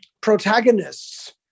protagonists